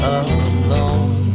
alone